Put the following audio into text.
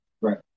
right